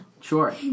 Sure